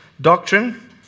doctrine